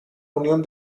unión